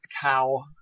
cow